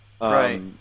Right